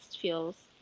feels